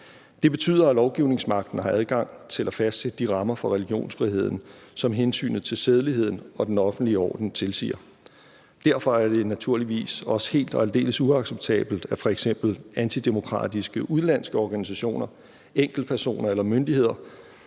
Det betyder, at lovgivningsmagten har adgang til at fastsætte de rammer for religionsfriheden, som hensynet til sædeligheden og den offentlige orden tilsiger. Derfor er det naturligvis også helt og aldeles uacceptabelt, at f.eks. antidemokratiske udenlandske organisationer, enkeltpersoner eller myndigheder